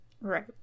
Right